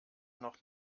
noch